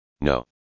No